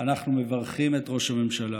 אנחנו מברכים את ראש הממשלה.